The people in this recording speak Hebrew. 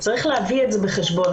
צריך להביא את זה בחשבון.